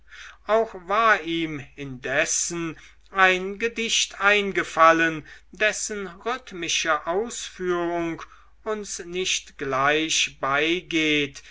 auch war ihm indessen ein gedicht eingefallen dessen rhythmische ausführung uns nicht gleich beigeht